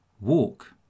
walk